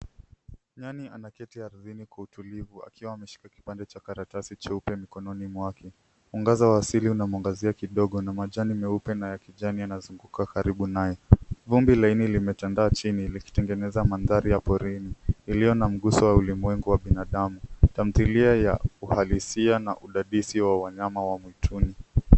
Nyani anaketi ardhini kwa utulivu akiwa ameshika kipande cha karatasi cheupe mikononi mwake. Mwangaza wa asili unamwangazia kidogo na majani meupe na ya kijani yanazunguka karibu naye. Vumbi laini limetandaa chini, likitengeneza mandhari ya porini iliyo na mguso wa ulimwengu wa binadamu. Tamthilia ya uhalisia na udadisi wa wanyama wa mwituni.